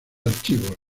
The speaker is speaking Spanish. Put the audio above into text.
archivos